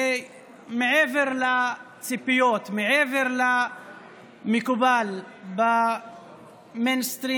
זה מעבר לציפיות, מעבר למקובל במיינסטרים